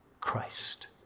Christ